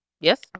Yes